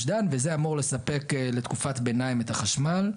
דן וזה אמור לספק לתקופת ביניים את החשמל.